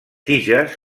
tiges